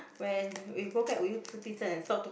when you go back will you and stop talking